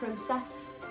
process